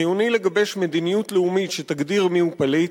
חיוני לגבש מדיניות לאומית שתגדיר מיהו פליט,